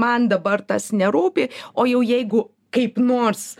man dabar tas nerūpi o jau jeigu kaip nors